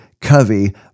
Covey